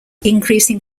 increasing